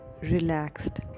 relaxed